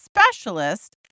specialist